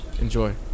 Enjoy